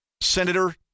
senator